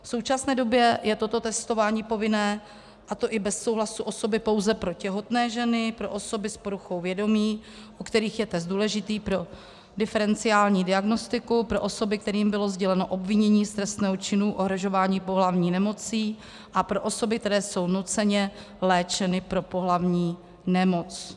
V současné době je toto testování povinné, a to i bez souhlasu osoby, pouze pro těhotné ženy, pro osoby s poruchou vědomí, u kterých je test důležitý pro diferenciální diagnostiku, pro osoby, kterým bylo sděleno obvinění z trestného činu ohrožování pohlavní nemocí, a pro osoby, které jsou nuceně léčeny pro pohlavní nemoc.